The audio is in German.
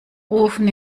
ofen